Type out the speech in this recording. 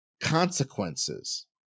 consequences